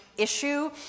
issue